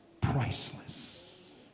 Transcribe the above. priceless